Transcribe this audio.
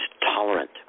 tolerant